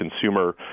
consumer